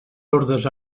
hordes